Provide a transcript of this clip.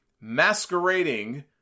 masquerading